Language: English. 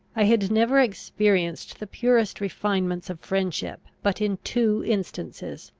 i had never experienced the purest refinements of friendship, but in two instances,